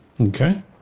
Okay